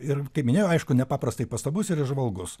ir kaip minėjau aišku nepaprastai pastabus ir įžvalgus